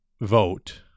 vote